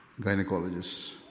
gynecologists